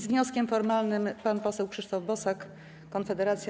Z wnioskiem formalnym pan poseł Krzysztof Bosak, Konfederacja.